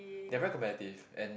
they're very competitive and